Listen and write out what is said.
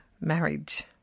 marriage